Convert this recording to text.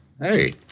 Hey